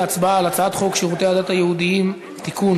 להצבעה על הצעת חוק שירותי הדת היהודיים (תיקון,